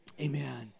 Amen